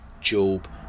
Job